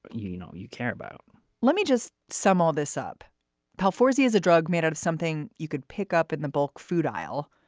but you you know you care about let me just some all this up pal fawzi is a drug made out of something you could pick up in the bulk food aisle.